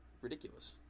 ridiculous